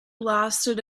lasted